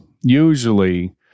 usually